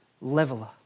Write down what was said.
leveler